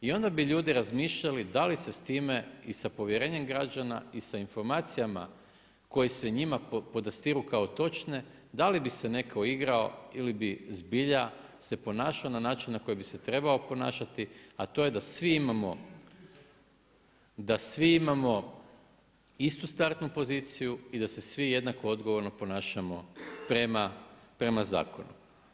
I onda bi ljudi razmišljali da li se s time i sa povjerenjem građana i sa informacijama koje se njima podastiru kao točne da li bi se netko igrao ili bi zbilja se ponašao na način na koji bi se trebao ponašati, a to je da svi imamo istu startnu poziciju i da se svi jednako odgovorno ponašamo prema zakonu.